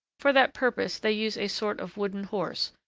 for that purpose, they use a sort of wooden horse,